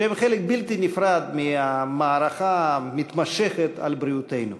שהם חלק בלתי נפרד מהמערכה המתמשכת על בריאותנו.